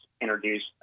introduced